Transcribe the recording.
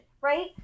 right